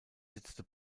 setzte